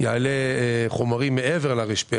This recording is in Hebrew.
יעלה חומרים מעבר לר"פ,